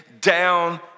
down